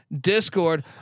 Discord